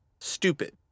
Stupid